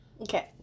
Okay